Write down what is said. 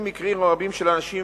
ואומר שקיימים מקרים רבים של אנשים